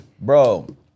Bro